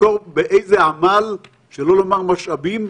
תזכור באיזה עמל, שלא לומר משאבים,